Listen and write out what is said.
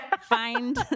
find